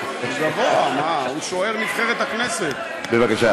גבוה, מה, הוא שוער נבחרת הכנסת, בבקשה.